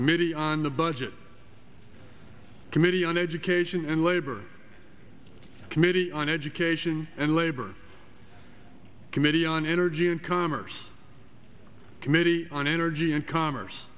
committee on the budget committee on education and labor committee on education and labor committee on energy and commerce committee on energy and commerce